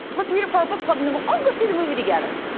let's read it for our book club and then we'll all go see the movie together.